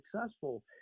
successful